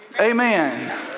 Amen